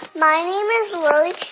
my name is lilly,